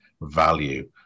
value